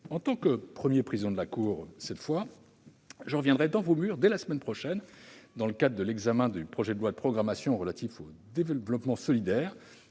En tant que Premier président de la Cour des comptes, cette fois, je reviendrai dans vos murs dès la semaine prochaine pour l'examen du projet de loi de programmation relatif au développement solidaire